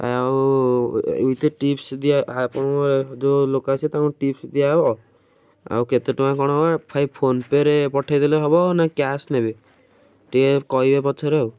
ଆଉ with tips ଆପଣଙ୍କ ଯେଉଁ ଲୋକ ଆସିବେ ତାଙ୍କୁ ଟିପ୍ସ ଦିଆହେବ ଆଉ କେତେ ଟଙ୍କା କ'ଣ ହବ ଭାଇ ଫୋନ ପେ'ରେ ପଠାଇ ଦେଲେ ହବ ନା କ୍ୟାସ୍ ନେବେ ଟିକେ କହିବେ ପଛରେ ଆଉ